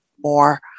more